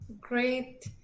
great